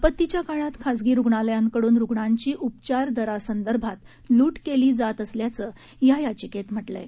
आपत्तीच्या काळात खासगी रुग्णालयांकडून रुग्णांची उपचार दरासंदर्भात लूट केली जात असल्याचं या याचिकेत म्हटलं आहे